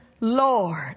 Lord